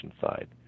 side